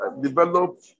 develop